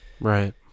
Right